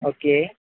okay